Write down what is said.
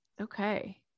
okay